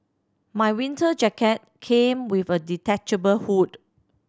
my winter jacket came with a detachable hood